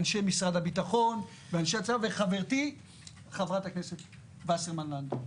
אנשי משרד הביטחון ואנשי הצבא וחברתי חברת הכנסת וסרמן לנדה.